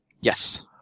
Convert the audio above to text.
Yes